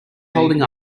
holding